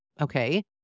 Okay